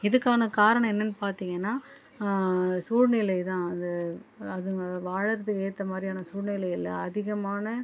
இதுக்கான காரணம் என்னென்று பாத்தீங்கன்னா சூழ்நிலை தான் அது அதுங்க வாழுறதுக்கு ஏத்த மாதிரியான சூழ்நிலை இல்லை அதிகமான